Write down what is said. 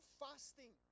fasting